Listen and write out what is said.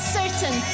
certain